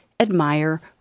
admire